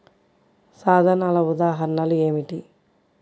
సాధనాల ఉదాహరణలు ఏమిటీ?